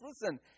listen